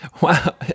Wow